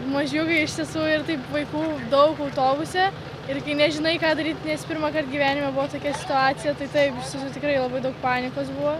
mažiukai iš tiesų ir taip vaikų daug autobuse irgi nežinai ką daryt nes pirmąkart gyvenime buvo tokia situacija tai taip tikrai labai daug panikos buvo